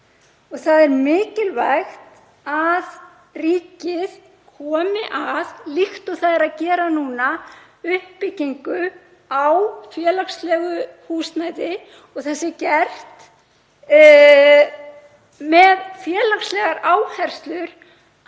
Það er mikilvægt að ríkið komi að, líkt og það er að gera núna, uppbyggingu á félagslegu húsnæði og að það sé gert með félagslegar áherslur